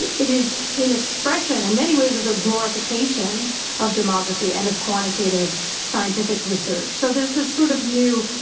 it is an expression in many ways of the glorification of demography and of quantitative scientific research. so there's this sort of new,